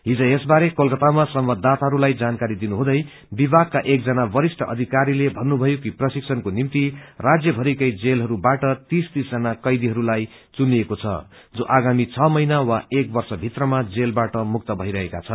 हिज यसबारे कोलकातामा संवाददाताहरूलाई जानकारी दिनुहुँदै विभागका एक जना वरिष्ठ अधिकारीले भन्नुभयो कि प्रशिक्षणको निम्ति राज्य भरिकै जेलहरूबाट तीस तीस जना कैदीहरूलाई चुनिएको छ जो आगामी छ महिना वा एक वर्ष भित्रमा जेलबाट मुक्त भैरहेका छन्